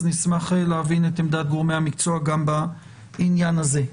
אז נשמח להבין את עמדת גורמי המקצוע גם בעניין הזה.